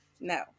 No